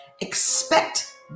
Expect